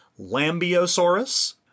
Lambiosaurus